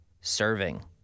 serving